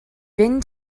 been